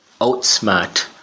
outsmart